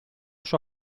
sua